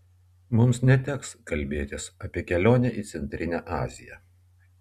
mums neteks kalbėtis apie kelionę į centrinę aziją